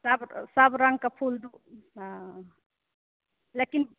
सब सब रङ्गके फुल दु हँ लेकिन